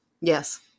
Yes